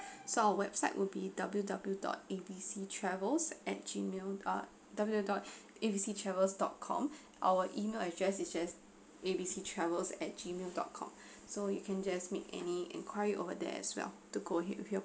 so our website would be W W dot A B C travels at Gmail uh W dot A B C travels dot com our email address is just A B C travels at Gmail dot com so you can just make any inquiry over there as well to go ahead with your